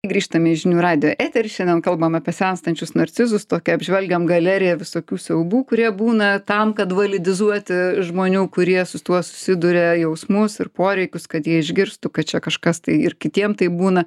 grįžtame į žinių radijo eterį šiandien kalbam apie senstančius narcizus tokią apžvelgiam galeriją visokių siaubų kurie būna tam kad validizuoti žmonių kurie su tuo susiduria jausmus ir poreikius kad jie išgirstų kad čia kažkas tai ir kitiem taip būna